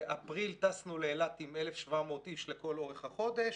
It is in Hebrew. --- גם באפריל טסנו לאילת עם 1,700 איש לכל אורך החודש.